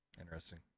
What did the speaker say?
Interesting